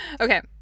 Okay